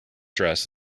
dress